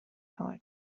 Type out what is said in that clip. heart